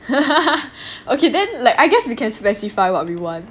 okay then like I guess we can specify what we want